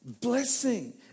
Blessing